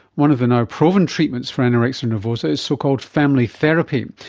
one of the now proven treatments for anorexia nervosa is so-called family therapy,